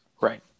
Right